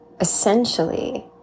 essentially